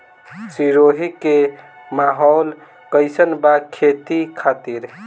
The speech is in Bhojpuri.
सिरोही के माहौल कईसन बा खेती खातिर?